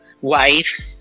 wife